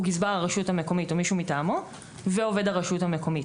הוא גזבר הרשות המקומית או מישהו מטעמו ועובד הרשות המקומית.